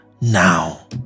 now